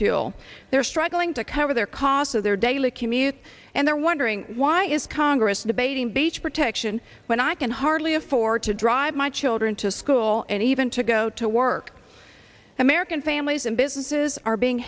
fuel they're struggling to cover their cost of their daily commute and they're wondering why is congress debating beach protection when i can hardly afford to drive my children to school and even to go to work american families and businesses are being